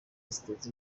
ziteza